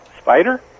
Spider